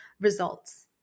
results